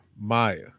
Maya